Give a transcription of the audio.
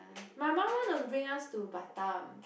my mum wanna bring us to Batam